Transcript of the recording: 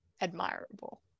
admirable